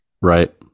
right